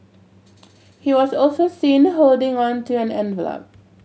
he was also seen holding on to an envelop